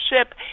ship